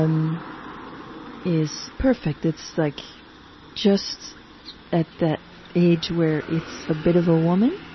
um is perfect. it's like just at that age where it's a bit of a woman,